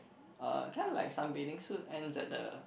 uh kinda like sunbathing suit ends at the